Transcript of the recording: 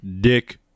dick